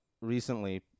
recently